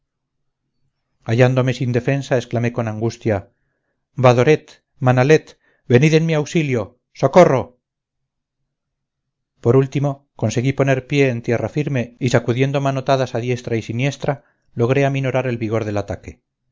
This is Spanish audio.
la creación hallándome sin defensa exclamé con angustia badoret manalet venid en mi auxilio socorro por último conseguí poner el pie en tierra firme y sacudiendo manotadas a diestra y siniestra logré aminorar el vigor del ataque